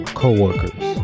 co-workers